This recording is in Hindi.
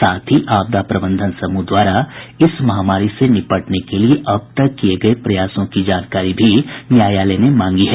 साथ ही आपदा प्रबंधन समूह द्वारा इस महामारी से निपटने के लिए अब तक किये गये प्रयासों की जानकारी भी न्यायालय ने मांगी है